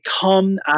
come